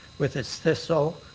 with its thistle,